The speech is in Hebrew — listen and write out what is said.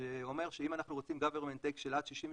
שאומר שאם אנחנו רוצים government take של עד 62%,